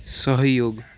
सहयोग